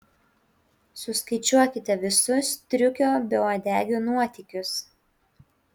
suskaičiuokite visus striukio beuodegio nuotykius